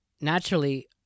naturally